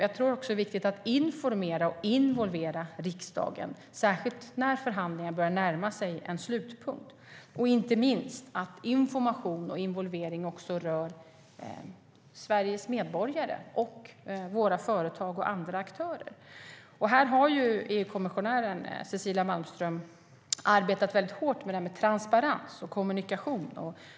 Det är också viktigt att informera och involvera riksdagen, särskilt när förhandlingarna börjar närma sig en slutpunkt. Inte minst ska information och involvering också röra Sveriges medborgare, företag och andra aktörer. Här har EU-kommissionären Cecilia Malmström arbetat väldigt hårt med transparens och kommunikation.